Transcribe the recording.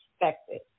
expected